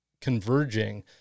converging